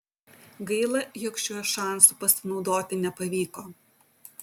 gaila jog šiuo šansu pasinaudoti nepavyko